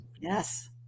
Yes